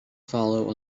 follow